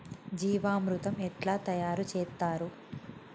జీవామృతం ఎట్లా తయారు చేత్తరు?